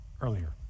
earlier